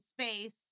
space